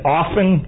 often